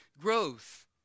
growth